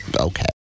okay